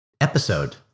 episode